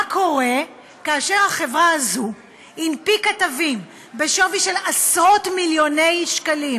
מה קורה כאשר החברה הזאת הנפיקה תווים בשווי של עשרות-מיליוני שקלים?